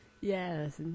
yes